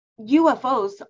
UFOs